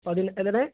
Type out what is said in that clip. എങ്ങനെ